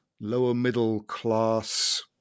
lower-middle-class